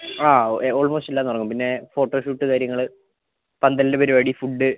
ആ ഏഹ് ഓൾമോസ്റ്റ് എല്ലാം നടത്തും പിന്നെ ഫോട്ടോഷൂട്ട് കാര്യങ്ങൾ പന്തലിന്റെ പരിപാടി ഫുഡ്ഡ്